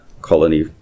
colony